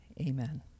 Amen